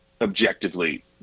objectively